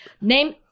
Name